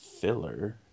filler